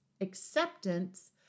acceptance